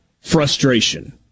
frustration